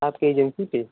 आपकी एजेंसी पर